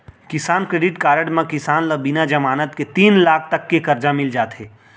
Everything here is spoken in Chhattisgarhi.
किसान क्रेडिट कारड म किसान ल बिना जमानत के तीन लाख तक के करजा मिल जाथे